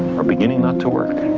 are beginning not to work.